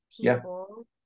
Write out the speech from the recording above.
people